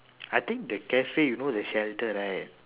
I think the cafe you know the shelter right